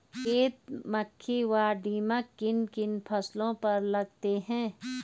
सफेद मक्खी व दीमक किन किन फसलों पर लगते हैं?